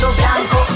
blanco